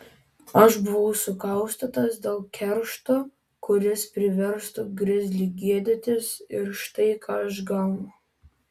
aš buvau sukaustytas dėl keršto kuris priverstų grizlį gėdytis ir štai ką aš gaunu